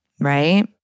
right